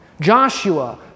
Joshua